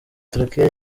turukiya